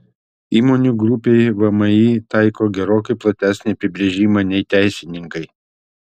įmonių grupei vmi taiko gerokai platesnį apibrėžimą nei teisininkai